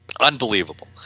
unbelievable